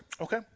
okay